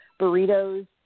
burritos